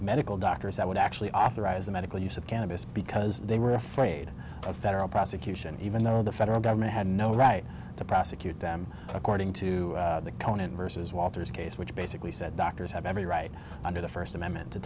medical doctors that would actually authorize the medical use of cannabis because they were afraid of federal prosecution even though the federal government had no right to prosecute them according to the conan versus walters case which basically said doctors have every right under the first amendment to